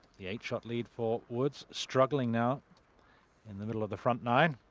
the eight shot lead for woods struggling now in the middle of the front nine.